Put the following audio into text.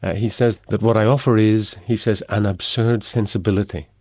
ah he says that, what i offer is, he says, an absurd sensibility.